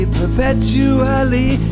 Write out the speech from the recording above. perpetually